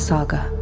Saga